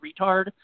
retard